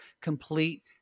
complete